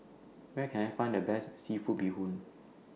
Where Can I Find The Best Seafood Bee Hoon